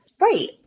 Right